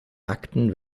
akten